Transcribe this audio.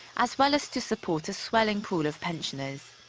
as well as to support a swelling pool of pensioners.